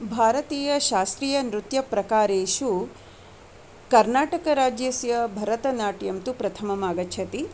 भारतीयशास्त्रीयनृत्यप्रकारेषु कर्नाटकराज्यस्य भरतनाट्यं तु प्रथमम् आगच्छति